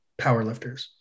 powerlifters